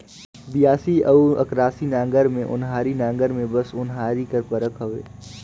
बियासी अउ अकरासी नांगर ले ओन्हारी नागर मे बस ओन्हारी कर फरक हवे